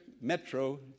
Metro